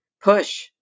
push